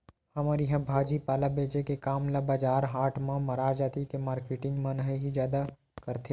हमर इहाँ भाजी पाला बेंचे के काम ल बजार हाट म मरार जाति के मारकेटिंग मन ह ही जादा करथे